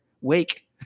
wake